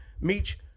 Meech